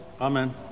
Amen